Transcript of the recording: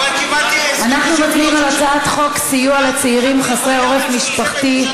אנחנו מצביעים על הצעת חוק סיוע לצעירים חסרי עורף משפחתי,